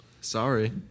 Sorry